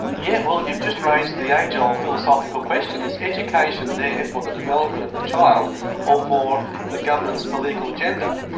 yeah, well, you've just raised the age old philosophical question. is education there for the development of the child or for the government's political agenda?